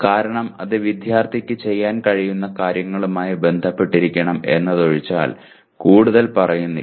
കാരണം അത് വിദ്യാർത്ഥിക്ക് ചെയ്യാൻ കഴിയുന്ന കാര്യങ്ങളുമായി ബന്ധപ്പെട്ടിരിക്കണം എന്നതൊഴിച്ചാൽ കൂടുതൽ പറയുന്നില്ല